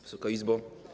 Wysoka Izbo!